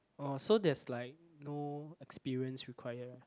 oh so there's like no experience require ah